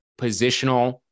positional